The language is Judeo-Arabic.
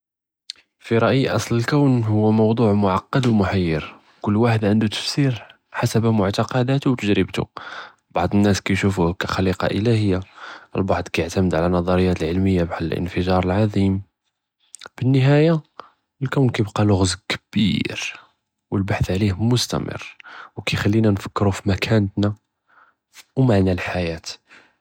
פין רעי, אצל אלקון הוא מושא מעכּד ומחיר, כל ואחד ענדו תפסיר חשב מוג'עידתו ותג'רבתו, בעד אלנאס קישופו כח'ליקה אילהיה ובלבעד קיעתמד על אלנזאריאת אלעמַליה בּחאל אלאנפجار אלעזים, בלנهاية אלקון קאיבקי לגרז קביר ואלבהת עליו מסתמר, וקיכלינא נפקרו פמקאנתנא ומענא אלחייאה.